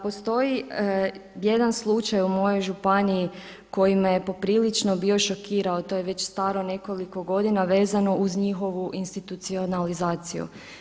Postoji jedan slučaj u mojoj županiji koji me je poprilično bio šokirao, to je već staro nekoliko godina vezano uz njihovu institucionalizaciju.